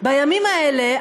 ובימים ההם,